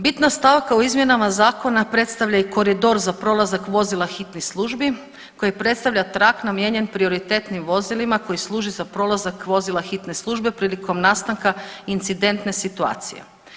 Bitna stavka u izmjenama zakona predstavlja i koridor za prolazak vozila hitnih službi koji predstavlja trag namijenjen prioritetnim vozilima koji služi za prolazak vozila hitne službe prilikom nastanka incidentne situacije.